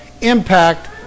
impact